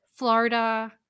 Florida